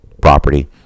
property